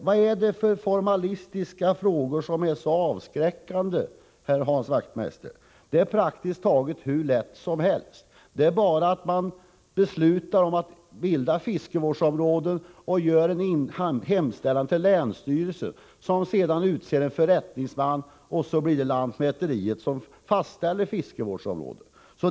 Vad är det för formalistiska frågor som är så avskräckande, herr Hans Wachtmeister? Det är praktiskt taget hur lätt som helst. Det är bara att besluta att bilda ett fiskevårdsområde och göra en hemställan till länsstyrelsen, som utser en förrättningsman. Sedan blir det lantmäteriet som fastställer fiskevårdsområdet.